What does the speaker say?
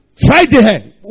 Friday